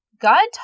God